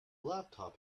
laptop